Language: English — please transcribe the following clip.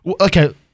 Okay